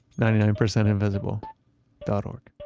ninety nine percentinvisible dot o